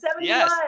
yes